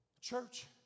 Church